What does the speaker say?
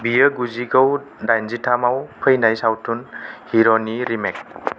बियो जिगुजौ दाइन जिथाम आव फैनाय सावथुन हीरोनि रीमेक